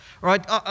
Right